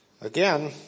Again